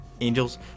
angels